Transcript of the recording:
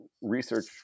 research